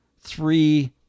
three